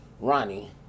Ronnie